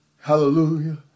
hallelujah